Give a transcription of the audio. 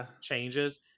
changes